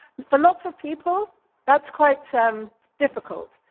for lots of people that's quite so um difficult.